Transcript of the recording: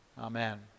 amen